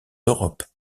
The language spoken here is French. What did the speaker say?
europe